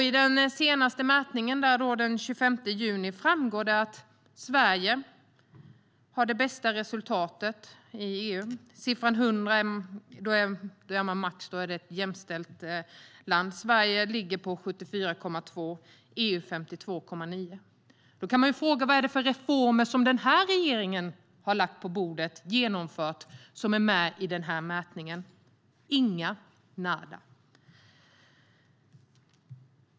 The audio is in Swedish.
I den senaste mätningen, den 25 juni, framgår det att Sverige har det bästa resultatet i EU. Siffran 100 är max - då är det ett jämställt land. Sverige ligger på 74,2. EU ligger på 52,9. Då kan man fråga: Vad är det för reformer som regeringen har lagt på bordet och genomfört som är med i den här mätningen? Inga. Nada.